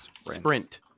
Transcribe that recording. Sprint